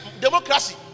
democracy